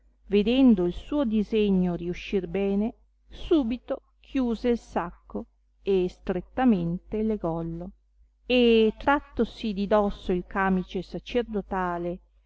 vedendo il suo disegno riuscir bene subito chiuse il sacco e strettamente legollo e trattosi di dosso il camice sacerdotale